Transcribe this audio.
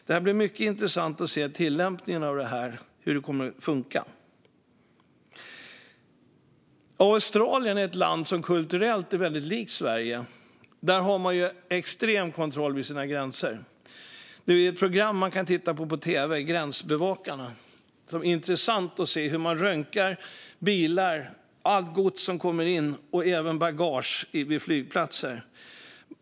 Det ska bli intressant att se tillämpningen och hur det kommer att funka. Australien är kulturellt likt Sverige men har extrem kontroll vid sina gränser. I programmet Gränsbevakarna Australien ser man hur allt gods som kommer in i landet röntgas och även bagage på flygplatser.